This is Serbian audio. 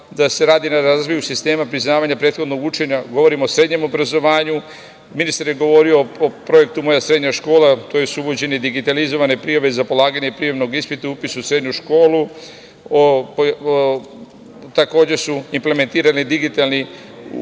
da se radi na razvoju sistema priznavanja prethodnog učenja, govorim o srednjem obrazovanju. Ministar je govorio o projektu „Moja srednja škola“, tj. uvođenju digitalizovane prijave za polaganje prijemnog ispita i upisa u srednju školu. Takođe, implementirani su digitalni udžbenici